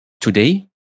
Today